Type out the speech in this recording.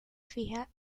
fija